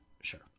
Sure